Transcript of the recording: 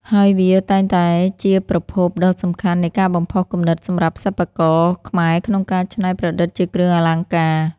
ហើយវាតែងតែជាប្រភពដ៏សំខាន់នៃការបំផុសគំនិតសម្រាប់សិប្បករខ្មែរក្នុងការច្នៃប្រឌិតជាគ្រឿងអលង្ការ។